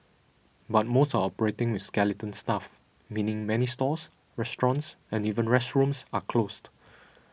but most are operating with skeleton staff meaning many stores restaurants and even restrooms are closed